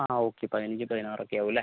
ആ ഓക്കെ പതിനഞ്ച് പതിനാറ് ഒക്കെ ആവും അല്ലെ